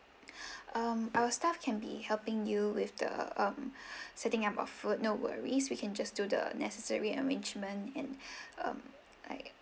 um our staff can be helping you with the um setting up of food no worries we can just do the necessary arrangement and um like